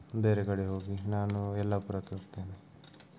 ಬೇರೆ ಗಾಡಿಲಿ ಹೋಗಿ ನಾನು ಯಲ್ಲಾಪುರಕ್ಕೆ ಹೋಗ್ತೇನೆ